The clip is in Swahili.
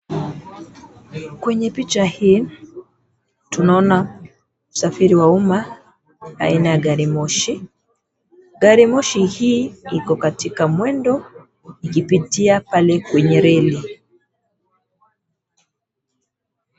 Kwenye picha hii, tunaona usafiri wa umma, aina ya gari moshi. Gari moshi hii, iko katika mwendo ikipitia pale kwenye reli.